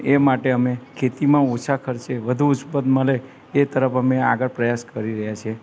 એ માટે અમે ખેતીમાં ઓછા ખર્ચે વધુ ઉપજ મળે એ તરફ અમે આગળ પ્રયાસ કરી રહ્યા છીએ